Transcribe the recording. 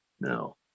No